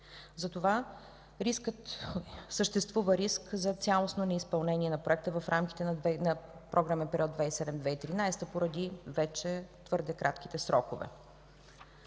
Затова съществува риск за цялостно неизпълнение на проекта в рамките на програмния период 2007 – 2013 г. поради вече твърде кратките срокове.